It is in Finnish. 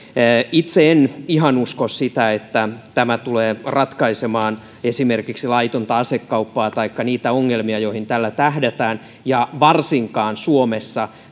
itse en ihan usko sitä että tämä tulee ratkaisemaan esimerkiksi laitonta asekauppaa taikka niitä ongelmia joiden ratkaisemiseen tällä tähdätään varsinkaan suomessa